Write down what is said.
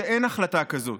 שאין החלטה כזאת.